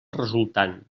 resultant